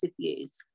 views